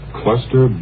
cluster